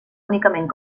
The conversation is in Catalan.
únicament